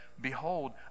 behold